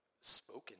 spoken